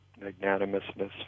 magnanimousness